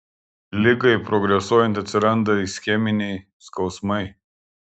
ligai progresuojant atsiranda ischeminiai skausmai